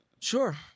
sure